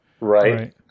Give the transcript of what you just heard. right